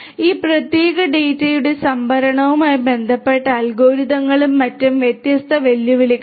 ഈ പ്രത്യേക ഡാറ്റയുടെ സംഭരണവുമായി ബന്ധപ്പെട്ട് അൽഗോരിതങ്ങളും മറ്റും വ്യത്യസ്ത വെല്ലുവിളികളും